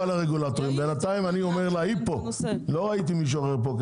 בינתיים היא פה, לא ראיתי פה מישהו אחר.